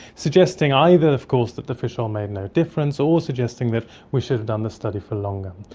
suggesting either of course that the fish oil made no difference, or suggesting that we should have done this study for longer.